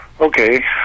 Okay